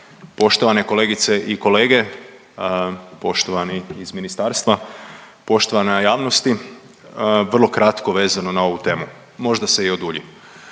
poštovane kolegice i kolege, poštovani iz ministarstva, poštovana javnosti. Vrlo kratko vezano na ovu temu, možda se i odulji.